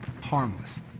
harmless